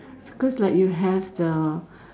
cause like you have the